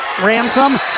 Ransom